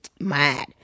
mad